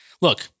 look